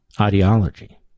ideology